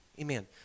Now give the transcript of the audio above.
Amen